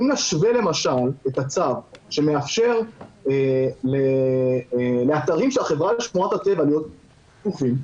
אם נשווה למשל את הצו שמאפשר לאתרים של רשות הטבע והגנים להיות פתוחים,